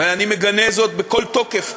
ואני מגנה זאת בכל תוקף,